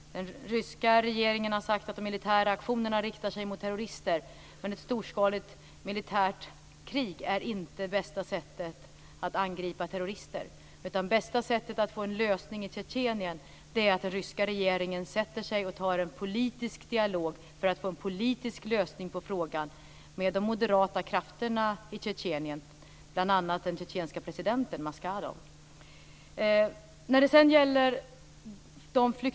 Den ryska regeringen har sagt att de militära aktionerna riktar sig mot terrorister, men ett storskaligt militärt krig är inte det bästa sättet att angripa terrorister. Det bästa sättet att få en lösning på problemet i Tjetjenien är att den ryska regeringen sätter sig ned och för en politisk dialog med de moderata krafterna i Tjetjenien, bl.a. den tjetjenske presidenten Maschadov, för att få en politisk lösning.